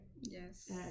Yes